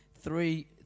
three